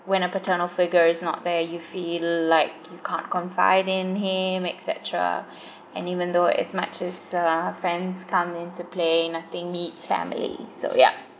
when a paternal figure is not there you feel like you can't confide in him et cetera and even though as much as uh friends come into play nothing meets family so yup